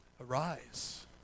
arise